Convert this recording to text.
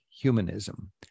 humanism